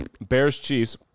Bears-Chiefs